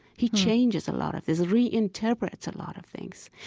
he changes a lot of things, reinterprets a lot of things,